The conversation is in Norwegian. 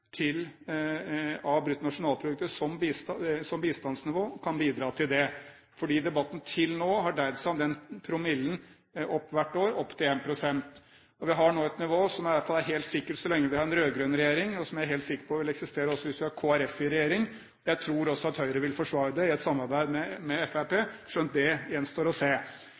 som bistandsnivå, kan bidra til det, fordi debatten har til nå hvert år dreid seg om den promillen opp til 1 pst. Vi har nå et nivå som jeg er helt sikker på vil eksistere, i alle fall så lenge vi har en rød-grønn regjering, og også hvis vi har Kristelig Folkeparti i regjering. Jeg tror også Høyre vil forsvare det i et samarbeid med Fremskrittspartiet, skjønt det gjenstår å se.